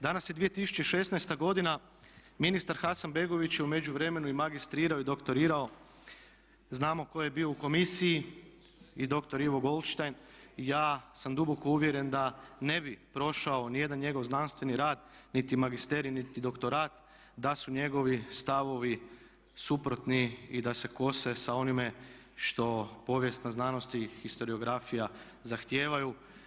Danas je 2016. godina, ministar Hasanbegović je u međuvremenu i magistrirao i doktorirao, znamo tko je bio u komisiji i dr. Ivo Goldstein, ja sam duboko uvjeren da ne bi prošao ni jedan njegov znanstveni rad niti magisterij, niti doktorat da su njegovi stavovi suprotni i da se kose sa onime što povijesna znanost i historiografija zahtijevaju.